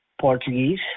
portuguese